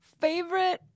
Favorite